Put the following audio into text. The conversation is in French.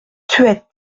thueyts